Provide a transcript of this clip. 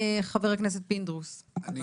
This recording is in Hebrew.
חבר הכנסת פינדרוס, בבקשה.